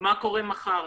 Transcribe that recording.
מה קורה מחר,